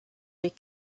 les